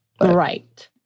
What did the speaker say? Right